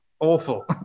Awful